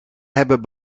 hebben